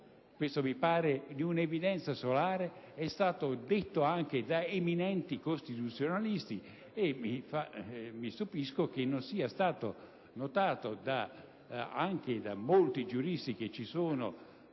Questo mi pare di un'evidenza solare, ed è stato rilevato anche da eminenti costituzionalisti; mi stupisco che non sia stato notato anche da molti giuristi della